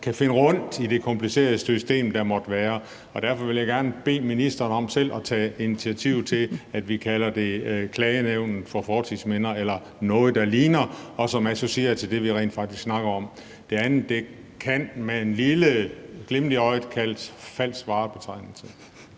kan finde rundt i det komplicerede system, der måtte være. Derfor vil jeg gerne bede ministeren om selv at tage initiativ til, at vi kalder det for klagenævnet for fortidsminder eller noget, der ligner, og som associerer til det, vi rent faktisk snakker om. Det andet kan man med et lille glimt i øjet kalde falsk varebetegnelse.